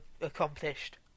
accomplished